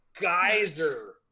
geyser